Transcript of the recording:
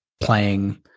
playing